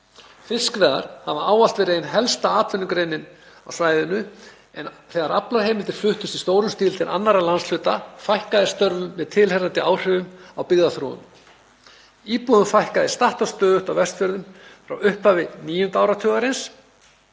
Fiskveiðar hafa ávallt verið ein helsta atvinnugreinin á svæðinu en þegar aflaheimildir fluttust í stórum stíl til annarra landshluta fækkaði störfum með tilheyrandi áhrifum á byggðaþróun. Íbúum fækkaði statt og stöðugt á Vestfjörðum frá upphafi 9. áratugarins